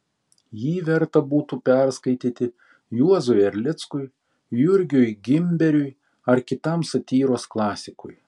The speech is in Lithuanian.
jį verta būtų perskaityti juozui erlickui jurgiui gimberiui ar kitam satyros klasikui